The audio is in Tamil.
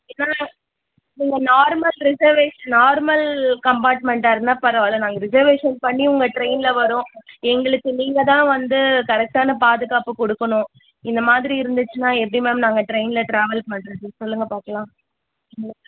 நீங்கள் தான் நீங்கள் நார்மல் ரிஸர்வேஷ் நார்மல் கம்பார்ட்மெண்ட்டாக இருந்தால் பரவாயில்ல நாங்கள் ரிஸர்வேஷன் பண்ணி உங்கள் டிரைனில் வரோம் எங்களுக்கு நீங்கள் தான் வந்து கரெக்டான பாதுகாப்பு கொடுக்கணும் இந்த மாதிரி இருந்துச்சுன்னால் எப்படி மேம் நாங்கள் டிரைனில் டிராவல் பண்ணுறது சொல்லுங்க பார்க்கலாம்